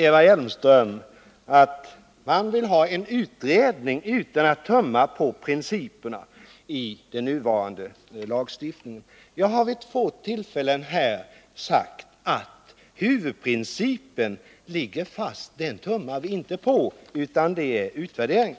Eva Hjelmström säger att hon vill ha en utredning utan att man tummar på principerna i den nuvarande lagstiftningen. Jag har vid två tillfällen här sagt att huvudprincipen ligger fast — den tummar vi inte på, utan det gäller en utvärdering.